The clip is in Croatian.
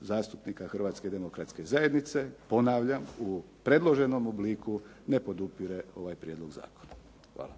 zastupnika Hrvatske demokratske zajednice, ponavljam u predloženom obliku ne podupire ovaj prijedlog zakona. Hvala.